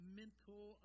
mental